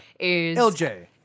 LJ